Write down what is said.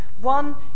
One